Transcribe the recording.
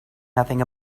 nothing